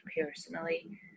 personally